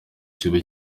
ciwe